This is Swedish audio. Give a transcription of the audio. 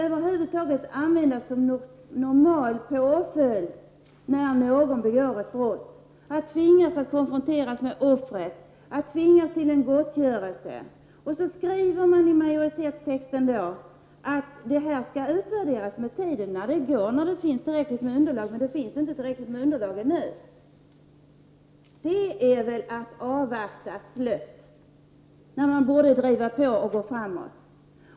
Över huvud taget skall konfrontation med målsäganden vara en normal påföljd för den som begår ett brott. Vederbörande skall tvingas till konfrontation med offret. Vederbörande skall också tvingas till gottgörelse. värderas när det finns ett tillräckligt underlag. Men det finns inte något sådant ännu. Mot den bakgrunden tycker jag att det är litet slött att bara avvakta. I stället borde man driva på i dessa frågor.